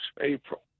April